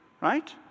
Right